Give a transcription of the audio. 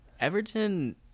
Everton